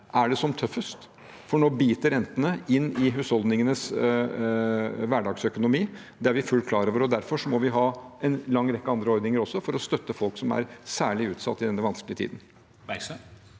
er det som tøffest, for nå biter rentene inn i husholdningenes hverdagsøkonomi. Det er vi fullt klar over, og derfor må vi ha en lang rekke andre ordninger også for å støtte folk som er særlig utsatt i denne vanskelige tiden.